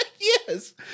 Yes